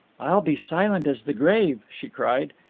i'll be silent as the grave, she cried.